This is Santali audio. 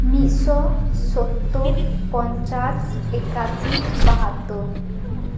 ᱢᱤᱫᱥᱚ ᱥᱚᱛᱛᱳ ᱯᱚᱧᱪᱟᱥ ᱮᱠᱟᱥᱤ ᱵᱟᱦᱟᱛᱛᱳ